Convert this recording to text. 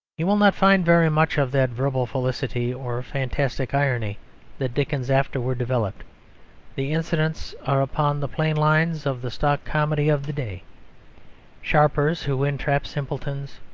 he will not find very much of that verbal felicity or fantastic irony that dickens afterwards developed the incidents are upon the plain lines of the stock comedy of the day sharpers who entrap simpletons,